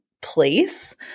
place